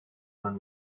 when